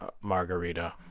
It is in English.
margarita